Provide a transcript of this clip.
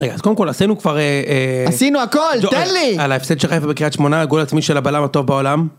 רגע, אז קודם כל עשינו כבר, עשינו הכל, תן לי, על ההפסד של חיפה בקריאת שמונה, על גול עצמי של הבלם הטוב בעולם.